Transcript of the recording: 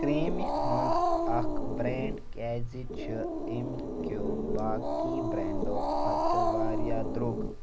کرٛیٖمِ ہُنٛد اکھ بریٚنڑ کیٛازِ چھ اَمہِ کیٚو باقٕے بریٚنڑو کھۄتہٕ واریاہ درٛوگ؟